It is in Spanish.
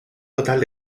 total